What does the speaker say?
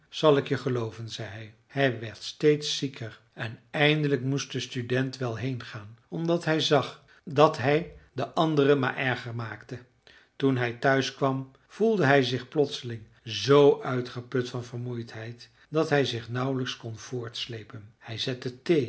zal ik je gelooven zei hij hij werd steeds zieker en eindelijk moest de student wel heengaan omdat hij zag dat hij den andere maar erger maakte toen hij thuis kwam voelde hij zich plotseling zoo uitgeput van vermoeidheid dat hij zich nauwelijks kon voortsleepen hij zette